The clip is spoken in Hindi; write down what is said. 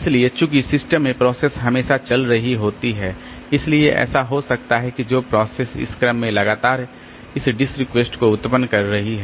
इसलिए चूंकि सिस्टम में प्रोसेस हमेशा चल रही होती हैं इसलिए ऐसा हो सकता है कि वे जो प्रोसेस इस क्रम में लगातार इस डिस्क रिक्वेस्ट को उत्पन्न कर रही हैं